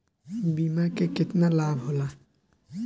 बीमा के केतना लाभ होला?